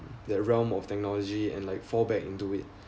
the realm of technology and like fall back into it